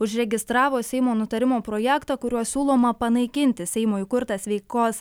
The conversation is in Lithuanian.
užregistravo seimo nutarimo projektą kuriuo siūloma panaikinti seimo įkurtą sveikos